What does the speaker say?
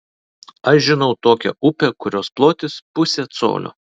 aš žinau tokią upę kurios plotis pusė colio